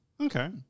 okay